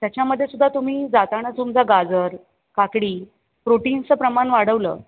त्याच्यामध्ये सुद्धा तुम्ही जाताना तुमचा गाजर काकडी प्रोटीन्सचं प्रमाण वाढवलं